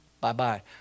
Bye-bye